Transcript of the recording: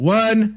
one